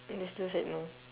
and he still said no